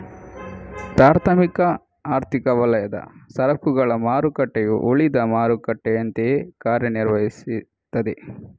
ಪ್ರಾಥಮಿಕ ಆರ್ಥಿಕ ವಲಯದ ಸರಕುಗಳ ಮಾರುಕಟ್ಟೆಯು ಉಳಿದ ಮಾರುಕಟ್ಟೆಯಂತೆಯೇ ಕಾರ್ಯ ನಿರ್ವಹಿಸ್ತದೆ